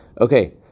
Okay